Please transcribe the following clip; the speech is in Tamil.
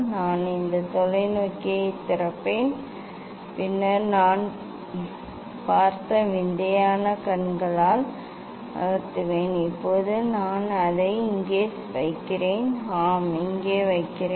நான் இந்த தொலைநோக்கியைத் திறப்பேன் பின்னர் நான் பார்த்த விந்தையான கண்ணால் நகர்த்துவேன் இப்போது நான் அதை இங்கே வைக்கிறேன் ஆம் இங்கே வைக்கிறேன்